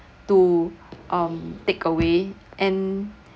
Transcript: to um take away and